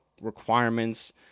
requirements